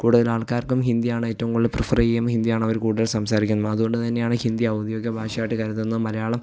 കൂടുതലാൾക്കാർക്കും ഹിന്ദിയാണ് ഏറ്റവും കൂടുതൽ പ്രിഫർ ചെയ്യും ഹിന്ദിയാണ് അവര് കൂടുതൽ സംസാരിക്കുന്നത് അത്കൊണ്ട്തന്നെയാണ് ഹിന്ദി ഔദ്യോഗിക ഭാഷയായിട്ട് കരുതുന്നതും മലയാളം